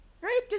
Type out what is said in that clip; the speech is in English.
right